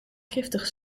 giftig